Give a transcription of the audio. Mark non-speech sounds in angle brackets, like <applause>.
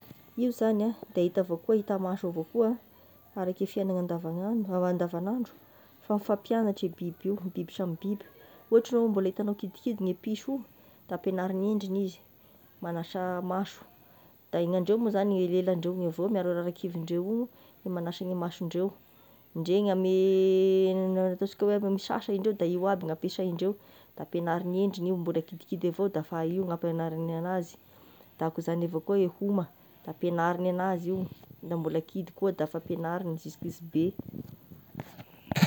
Io zagny a da itakoa avao hita maso avao koa, araky fiaignana andavagny andro ao andavagnandro, fa mifampiagnatry io bibyio, biby samy biby, ohatry zao mbola hitanao kidikidy i piso io da ampiagnarin'endriny izy magnasa maso, da gny andreo moa reo rarakakivin-dreo gny magnasa ny mason-dreo, ndreigny gn'ame <hesitation> ataontsika oe misasa reo aby gn'ampiasain'ireo da ampiagnarin'ny endrigny io mbola kidikidy avao da fa io gn'ampianarigny anazy da koa izany avao koa e homa da ampianariny anazy, na mbola kidy koa da fa ampianariny zisk'izy be.